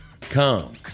Come